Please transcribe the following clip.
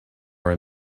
were